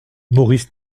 maurice